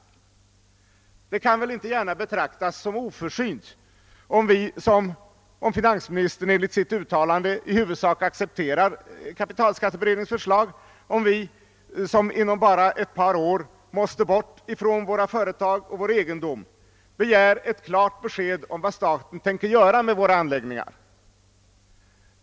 Det kan väl inte gärna betraktas som oförsynt om vi som — såvida finansministern enligt sitt uttalande i huvudsak accepterar kapitalskatteberedningens förslag — inom bara ett par år måste gå från vår egendom och våra företag begär ett klart besked om vad staten tänker göra med anläggningarna.